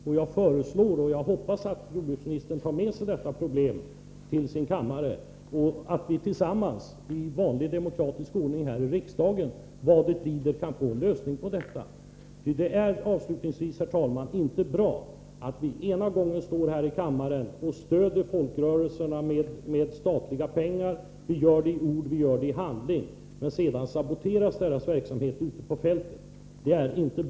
Och jag hoppas att jordbruksministern tar med sig detta problem till sin kammare och att vi tillsammans i vanlig demokratisk ordning här i riksdagen, vad det lider, kan få en lösning på problemet. Avslutningsvis, herr talman, vill jag säga att det inte är bra att vi ena gången står här i kammaren och stöder folkrörelserna med statliga pengar — stöder dem i ord och handling — men att deras verksamhet sedan saboteras ute på fältet.